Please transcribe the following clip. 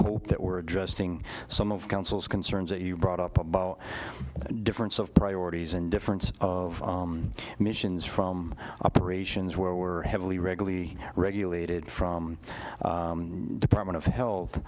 hope that we're addressing some of councils concerns that you brought up about the difference of priorities and difference of emissions from operations were heavily regularly regulated from department of health